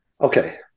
Okay